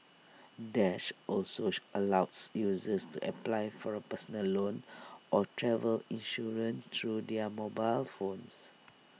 dash also allows users to apply for A personal loan or travel insurance through their mobile phones